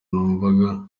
numvaga